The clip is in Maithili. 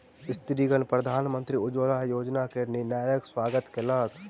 स्त्रीगण प्रधानमंत्री उज्ज्वला योजना के निर्णयक स्वागत कयलक